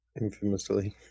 Infamously